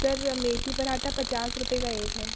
sir मेथी पराँठा पचास रुपये का एक है